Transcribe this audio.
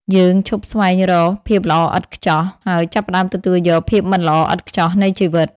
យើងឈប់ស្វែងរកភាពល្អឥតខ្ចោះ ហើយចាប់ផ្តើមទទួលយក "ភាពមិនល្អឥតខ្ចោះ" នៃជីវិត។